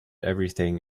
everything